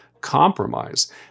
compromise